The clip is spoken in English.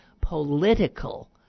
political